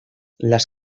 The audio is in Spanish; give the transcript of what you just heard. las